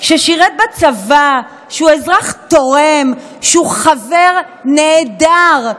ששירת בצבא, שהוא אזרח תורם, שהוא חבר נהדר,